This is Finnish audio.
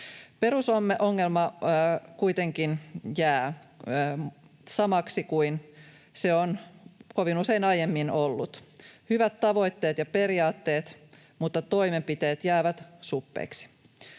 Perusongelma kuitenkin jää samaksi kuin se on kovin usein aiemmin ollut. Hyvät tavoitteet ja periaatteet — mutta toimenpiteet jäävät suppeiksi.